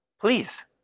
please